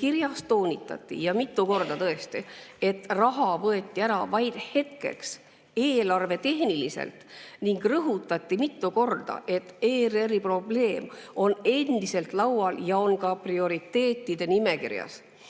Kirjas toonitati – ja mitu korda –, et raha võeti ära vaid hetkeks, eelarvetehniliselt, ning rõhutati mitu korda, et ERR‑i probleem on endiselt laual ja on ka prioriteetide nimekirjas